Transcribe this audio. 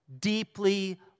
deeply